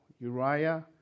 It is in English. Uriah